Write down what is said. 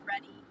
ready